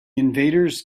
invaders